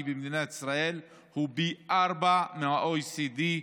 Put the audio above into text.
במדינת ישראל הוא פי ארבעה מה-OECD,